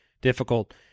difficult